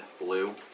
blue